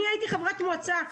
הייתי חברת מועצה,